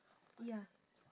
ya